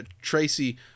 Tracy